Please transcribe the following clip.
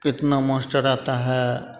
कितना मास्टर आता है